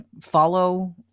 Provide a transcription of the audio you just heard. follow